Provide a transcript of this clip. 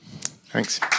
thanks